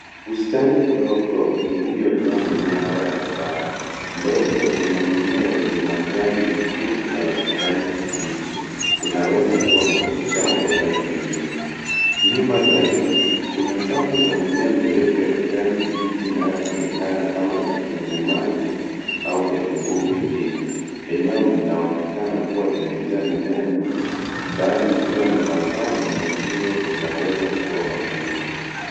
Bustani ndogo iliyojaa mimea mbalimbali. Mbele kuna mimea yenye majani mekundu, na ya kijani kibichi. Inaweza kuwa michicha au mboga nyingine. Nyuma zaidi kuna safu za mimea mirefu ya kijani kibichi inayoonekana kama vitunguu maji au vitunguu vingine. Eneo linaonekana kuwa limejaa mimea mingi. Baadhi ikiwa ni mazao na mengine inaweza kuwa magugu.